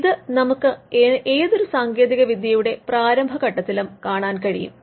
ഇത് നമുക്ക് ഏതൊരു സാങ്കേതികവിദ്യയുടെ പ്രാരംഭഘട്ടത്തിലും കാണാൻ കഴിയും